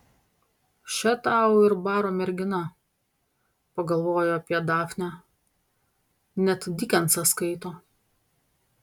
še tau ir baro mergina pagalvojo apie dafnę net dikensą skaito